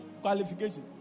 qualification